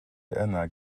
yna